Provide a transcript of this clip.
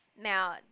Now